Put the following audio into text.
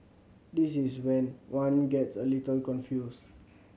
this is when one gets a little confused